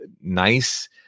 nice